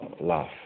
love